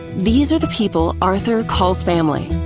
these are the people arthur calls family,